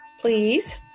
please